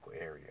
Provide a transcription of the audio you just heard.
area